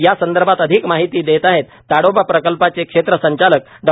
यासंदर्भात अधिक माहिती देत आहेत ताडोबा प्रकल्पाचे क्षेत्र संचालक डॉ